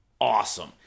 awesome